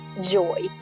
joy